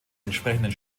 entsprechenden